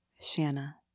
Shanna